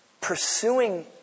pursuing